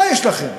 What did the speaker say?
מה יש לכם?